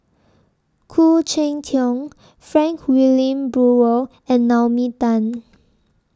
Khoo Cheng Tiong Frank Wilmin Brewer and Naomi Tan